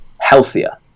healthier